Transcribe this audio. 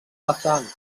vessant